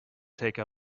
take